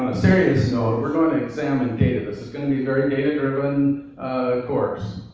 serious note, we're going to examine data. this is going to be a very data-driven course.